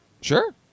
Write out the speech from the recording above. Sure